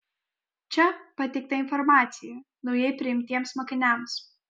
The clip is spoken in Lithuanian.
čia pateikta informacija naujai priimtiems mokiniams